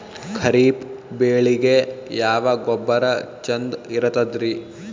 ಖರೀಪ್ ಬೇಳಿಗೆ ಯಾವ ಗೊಬ್ಬರ ಚಂದ್ ಇರತದ್ರಿ?